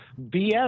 BS